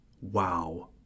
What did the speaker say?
wow